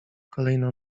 kolejno